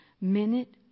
minute